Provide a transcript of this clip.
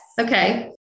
Okay